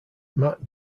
matt